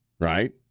right